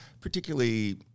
particularly